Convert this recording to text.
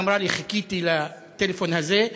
והיא אמרה לי: חיכיתי לטלפון הזה.